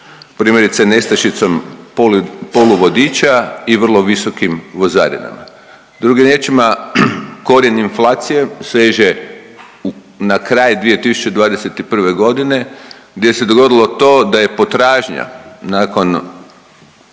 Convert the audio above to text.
Primjerice nestašicom poluvodiča i vrlo visokim vozarinama. Drugim riječima korijen inflacije seže na kraj 2021. godine gdje se dogodilo to da je potražnja nakon